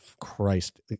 Christ